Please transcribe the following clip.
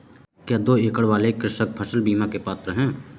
क्या दो एकड़ वाले कृषक फसल बीमा के पात्र हैं?